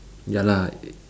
ya lah